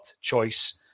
choice